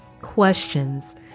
questions